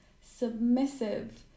submissive